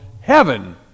heaven